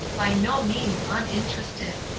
by no means uninterested.